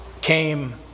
came